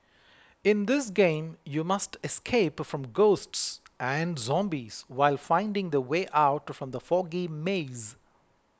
in this game you must escape from ghosts and zombies while finding the way out from the foggy maze